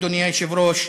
אדוני היושב-ראש,